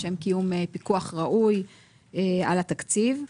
לשם קיום פיקוח ראוי על התקציב.